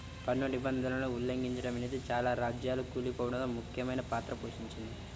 పన్ను నిబంధనలను ఉల్లంఘిచడమనేదే చాలా రాజ్యాలు కూలిపోడంలో ముఖ్యమైన పాత్ర పోషించింది